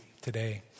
today